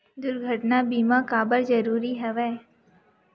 दुर्घटना बीमा काबर जरूरी हवय?